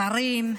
שרים,